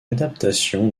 adaptation